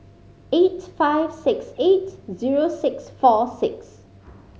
eight five six eight zero six four six